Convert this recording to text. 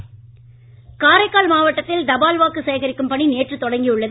காரைக்கால்தபால்வாக்கு காரைக்கால் மாவட்டத்தில் தபால் வாக்கு சேகரிக்கும் பணி நேற்று தொடங்கியுள்ளது